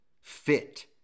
fit